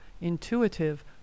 intuitive